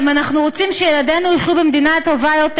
אם אנחנו רוצים שילדינו יחיו במדינה טובה יותר,